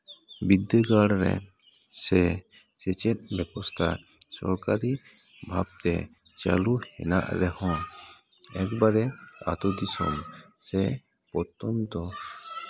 ᱵᱤᱫᱽᱫᱟᱹᱜᱟᱲ ᱨᱮ ᱥᱮ ᱥᱮᱪᱮᱫ ᱵᱮᱵᱚᱥᱛᱷᱟ ᱥᱚᱨᱠᱟᱨᱤ ᱵᱷᱟᱵᱽ ᱛᱮ ᱪᱟᱹᱞᱩ ᱦᱮᱱᱟᱜ ᱨᱮᱦᱚᱸ ᱮᱠᱵᱟᱨᱮ ᱟᱹᱛᱩ ᱫᱤᱥᱚᱢ ᱥᱮ ᱯᱨᱚᱛᱛᱚᱱᱛᱚ